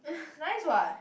nice what